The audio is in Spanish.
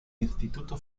instituto